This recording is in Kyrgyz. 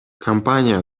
компания